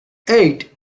eight